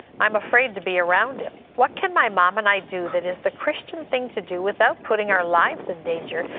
i'm afraid to be around him. what can my mom and i do that is the christian thing to do without putting our lives in danger.